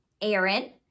Aaron